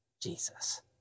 Jesus